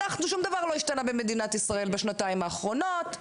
שום דבר לא השתנה במדינת ישראל בשנתיים האחרונות,